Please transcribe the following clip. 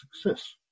success